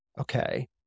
okay